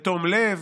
בתום לב,